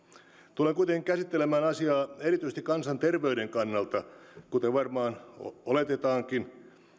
tulen kuitenkin käsittelemään asiaa erityisesti kansanterveyden kannalta kuten varmaan oletetaankin